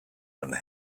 and